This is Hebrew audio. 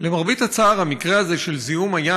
דווקא הים